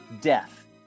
death